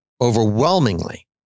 Overwhelmingly